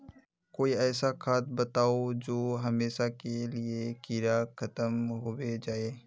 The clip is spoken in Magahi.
कोई ऐसा खाद बताउ जो हमेशा के लिए कीड़ा खतम होबे जाए?